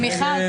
מי נמנע?